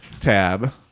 tab